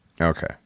Okay